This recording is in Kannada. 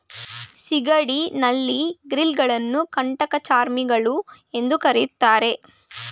ಸಿಗಡಿ, ನಳ್ಳಿ, ಕ್ರಿಲ್ ಗಳನ್ನು ಕಂಟಕಚರ್ಮಿಗಳು ಎಂದು ಕರಿತಾರೆ